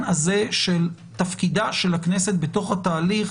הזה של תפקידה של הכנסת בתוך התהליך